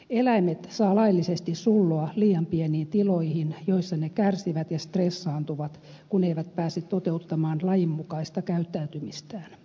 eläimet saa laillisesti sulloa liian pieniin tiloihin joissa ne kärsivät ja stressaantuvat kun eivät pääse toteuttamaan lajinmukaista käyttäytymistään